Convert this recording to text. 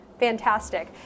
Fantastic